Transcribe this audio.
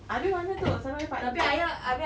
habis masa tu salam dapat